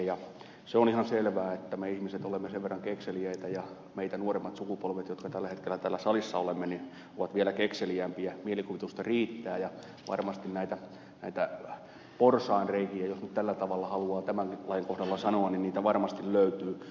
se on ihan selvää että me ihmiset olemme sen verran kekseliäitä ja meitä nuoremmat sukupolvet jotka tällä hetkellä täällä salissa olemme ovat vielä kekseliäämpiä mielikuvitusta riittää ja varmasti näitä porsaanreikiä jos nyt tällä tavalla haluaa tämän lain kohdalla sanoa varmasti löytyy